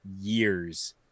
years